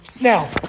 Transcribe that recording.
Now